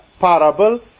parable